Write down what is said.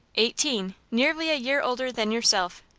eighteen nearly a year older than yourself.